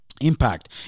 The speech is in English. impact